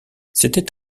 c’était